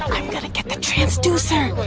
i'm gonna get the transloser!